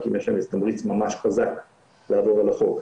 רק אם יש להם איזה תמריץ ממש חזק לעבור על החוק.